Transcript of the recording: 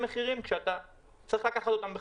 יש מחירים שאתה צריך לקחת בחשבון.